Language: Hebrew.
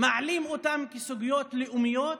מעלים אותן כסוגיות לאומיות,